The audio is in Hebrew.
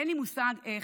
אין לי מושג איך,